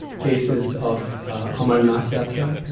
case is of amarnath yatra,